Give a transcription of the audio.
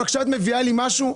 אבל כשאת מביאה לי משהו,